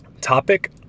topic